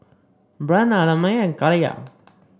Breanne Ellamae and Kaliyah